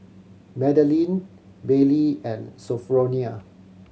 Madaline Baylie and Sophronia